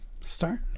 start